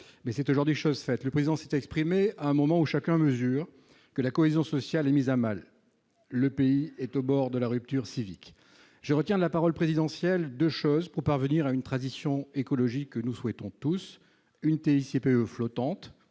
Mais c'est aujourd'hui chose faite. Le Président s'est exprimé à un moment où chacun mesure que la cohésion sociale est mise à mal. Le pays est au bord de la rupture civique. Je retiens de la parole présidentielle deux annonces pour parvenir à une transition écologique que nous souhaitons tous. Première annonce